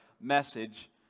message